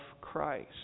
Christ